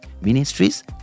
ministries